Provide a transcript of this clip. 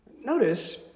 Notice